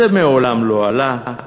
זה מעולם לא עלה.